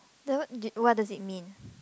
then what what does it mean